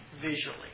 visually